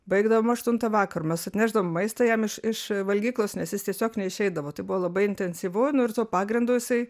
baigdavom aštuntą vakaro mes atnešdavom maistą jam iš iš valgyklos nes jis tiesiog neišeidavo tai buvo labai intensyvu nu ir tuo pagrindu jisai